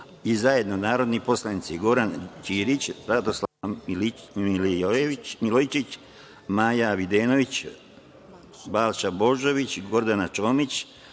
i zajedno narodni poslanici Goran Ćirić, Radoslav Milojičić, Maja Videnović, Balša Božović, Gordana Čomić,